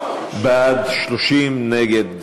בעד, 30, נגד,